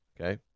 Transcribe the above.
Okay